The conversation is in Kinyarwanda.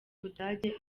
budage